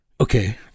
Okay